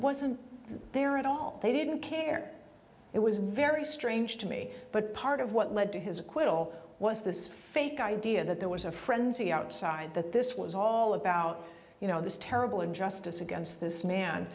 wasn't there at all they didn't care it was very strange to me but part of what led to his acquittal was this fake idea that there was a frenzy outside that this was all about you know this terrible injustice against this